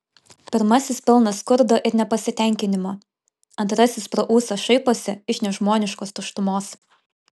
pirmasis pilnas skurdo ir nepasitenkinimo antrasis pro ūsą šaiposi iš nežmoniškos tuštumos